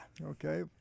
Okay